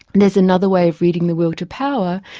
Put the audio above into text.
and there's another way of reading the will to power,